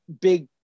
big